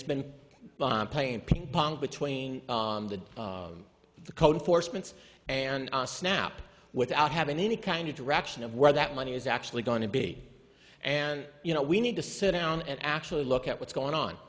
it's been playing ping pong between the code enforcement and snap without having any kind of direction of where that money is actually going to be and you know we need to sit down and actually look at what's going on